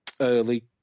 early